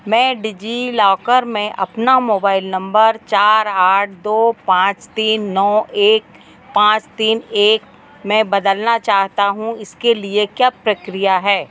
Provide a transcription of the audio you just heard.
मैं डिजिलॉकर में अपना मोबाइल नंबर चार आठ दो पाँच तीन नौ एक पाँच तीन एक में बदलना चाहता हूँ इसके लिए क्या प्रक्रिया है